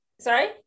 sorry